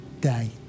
day